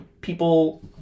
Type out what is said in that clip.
people